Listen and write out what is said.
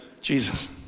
jesus